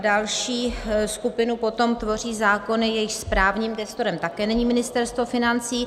Další skupinu potom tvoří zákony, jejichž správním gestorem také není Ministerstvo financí.